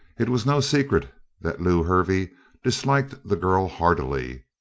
it was no secret that lew hervey disliked the girl heartily.